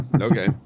Okay